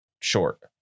short